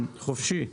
חופשי.